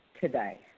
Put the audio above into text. today